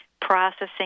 processing